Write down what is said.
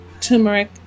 turmeric